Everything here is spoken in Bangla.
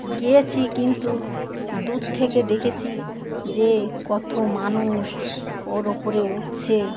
গিয়েছি কিন্তু দূর থেকে দেখেছি যে কত মানুষ ওর ওপরে উঠছে